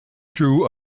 drew